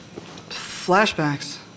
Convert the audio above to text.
Flashbacks